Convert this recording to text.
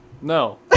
No